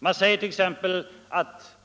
Man säger att